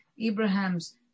Abraham's